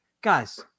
guys